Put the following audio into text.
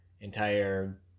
entire